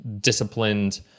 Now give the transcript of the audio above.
disciplined